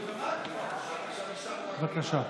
בבקשה,